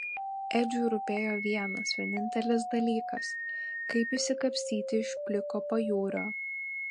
edžiui rūpėjo vienas vienintelis dalykas kaip išsikapstyti iš pliko pajūrio